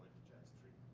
jet stream.